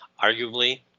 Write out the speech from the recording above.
Arguably